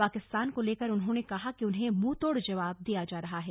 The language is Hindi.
पाकिस्तान को लेकर उन्होंने कहा कि उन्हें मुंहतोड़ जवाब दिया जा रहा है